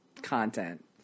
content